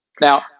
Now